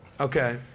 Okay